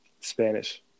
Spanish